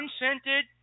unscented